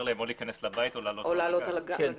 להם או להיכנס לבית או לעלות לו על הגג.